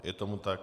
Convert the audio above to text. Je tomu tak.